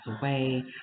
away